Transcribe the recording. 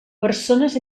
persones